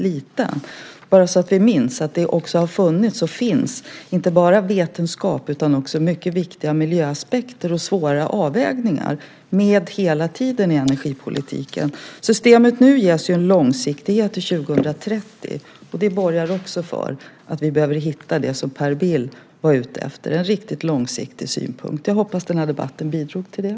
Vi ska minnas att det också har funnits, och finns, inte bara vetenskap utan också mycket viktiga miljöaspekter och svåra avvägningar hela tiden med i energipolitiken. Systemet ges nu en långsiktighet till 2030. Det borgar också för att vi behöver hitta det som Per Bill var ute efter, nämligen en riktigt långsiktig synpunkt. Jag hoppas den här debatten bidrog till det.